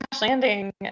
Landing